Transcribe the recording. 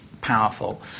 powerful